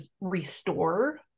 restore